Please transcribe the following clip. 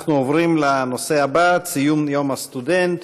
אנחנו עוברים לנושא הבא: ציון יום הסטודנט,